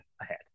ahead